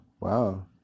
Wow